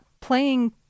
playing